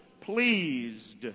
pleased